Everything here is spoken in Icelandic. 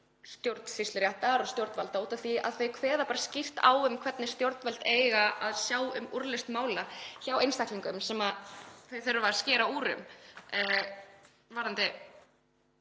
stjórnsýsluréttar og stjórnvalda því að þær kveða skýrt á um hvernig stjórnvöld eiga að sjá um úrlausn mála hjá einstaklingum sem þau þurfa að skera úr um.